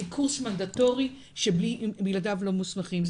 כמנדטורי שבלעדיו לא מוסמכים,